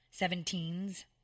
Seventeens